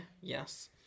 Yes